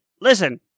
listen